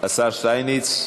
השר שטייניץ?